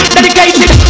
Dedicated